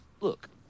look